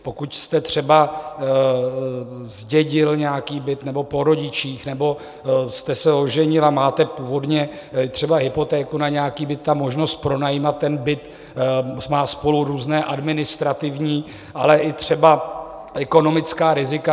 Pokud jste třeba zdědil nějaký byt, nebo po rodičích, nebo jste se oženil a máte původně třeba hypotéku na nějaký byt, možnost pronajímat ten byt má spolu různé administrativní, ale i třeba ekonomická rizika.